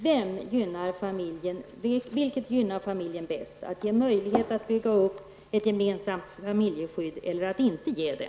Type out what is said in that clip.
Vilket gynnar familjen bäst: att ge den möjlighet att bygga upp ett gemensamt familjeskydd eller att inte ge det?